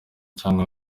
cyangwa